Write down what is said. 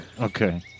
Okay